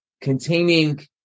containing